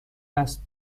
است